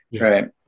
Right